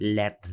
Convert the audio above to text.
let